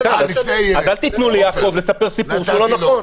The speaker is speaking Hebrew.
אז אל תיתנו ליעקב לספר סיפור שהוא לא נכון.